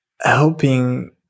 helping